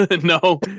No